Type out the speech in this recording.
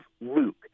Luke